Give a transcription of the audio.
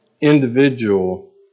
individual